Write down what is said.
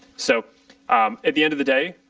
so at the end of the day,